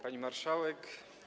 Pani Marszałek!